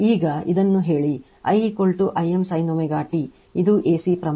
ಈಗ ಇದನ್ನು ಹೇಳಿ I I m sin ω t ಇದು ಎಸಿ ಪ್ರಮಾಣ